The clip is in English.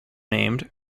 named